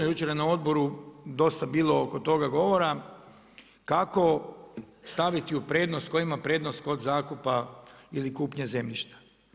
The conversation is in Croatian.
Jučer je na odboru dosta bilo oko toga govora kako staviti u prednost, tko ima prednost kod zakupa ili kupnje zemljišta.